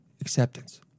acceptance